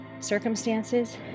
circumstances